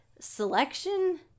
selection